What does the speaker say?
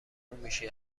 میشی